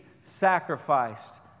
sacrificed